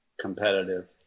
competitive